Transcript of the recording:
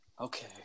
okay